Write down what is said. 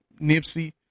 Nipsey